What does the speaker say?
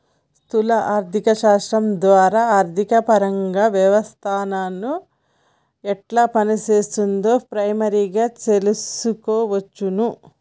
స్థూల ఆర్థిక శాస్త్రం ద్వారా ఆర్థికపరంగా వ్యవస్థను ఎట్లా పనిచేత్తుందో ప్రైమరీగా తెల్సుకోవచ్చును